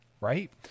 Right